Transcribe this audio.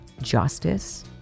justice